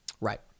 Right